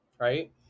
Right